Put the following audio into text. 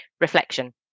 reflection